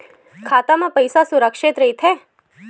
खाता मा पईसा सुरक्षित राइथे?